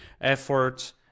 effort